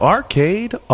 Arcade